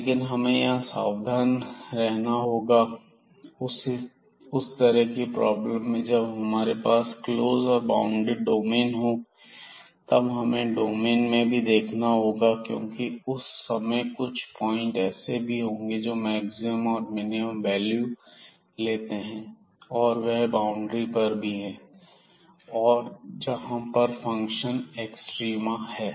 लेकिन हमें यहां पर सावधान रहना होगा उस तरह की प्रॉब्लम में जबकि हमारे पास क्लोज और बॉउंडेड डोमेन हो तब हमें डोमेन में भी देखना होगा क्योंकि उस समय कुछ पॉइंट ऐसे भी होंगे जो मैक्सिमम और मिनिमम वैल्यू लेते हैं और वह बाउंड्री पर भी हैं जहां पर फंक्शन एक्सट्रीमा है